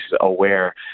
aware